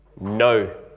no